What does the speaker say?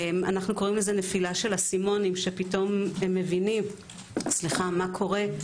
אנו קוראים לזה נפילה של אסימונים שפתאום הם מבינים מה קורה.